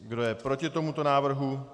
Kdo je proti tomuto návrhu?